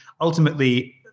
ultimately